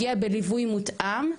הגיעה בליווי מותאם,